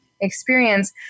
experience